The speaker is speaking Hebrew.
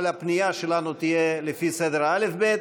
אבל הפנייה שלנו תהיה לפי סדר האל"ף-בי"ת.